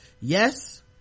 Yes